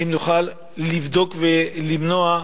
האם נוכל לבדוק ולמנוע,